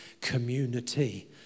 community